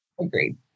Agreed